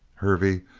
hervey,